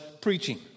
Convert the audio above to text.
preaching